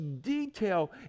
detail